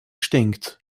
stinkt